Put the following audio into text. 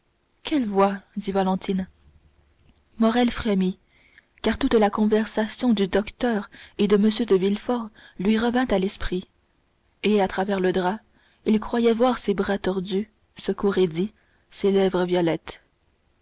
quelles voix dit valentine morrel frémit car toute la conversation du docteur et de m de villefort lui revint à l'esprit et à travers le drap il croyait voir ces bras tordus ce cou raidi ces lèvres violettes